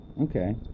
Okay